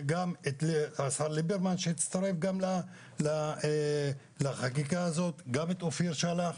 וגם לשר ליברמן שהצטרף לחקיקה הזאת וגם לאופיר כץ.